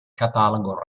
catalogo